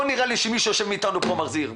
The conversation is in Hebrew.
לא נראה לי שמי מאתנו שיושב כאן מחזיר את המכלים האלה.